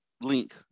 link